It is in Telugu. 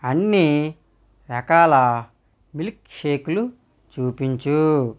అన్ని రకాల మిల్క్షేక్లు చూపించు